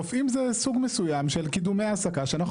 רופאים זה סוג מסוים של קידומי העסקה שאנחנו